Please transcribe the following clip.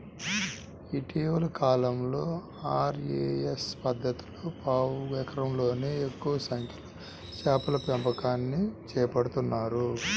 ఇటీవలి కాలంలో ఆర్.ఏ.ఎస్ పద్ధతిలో పావు ఎకరంలోనే ఎక్కువ సంఖ్యలో చేపల పెంపకాన్ని చేపడుతున్నారు